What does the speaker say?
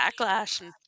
Backlash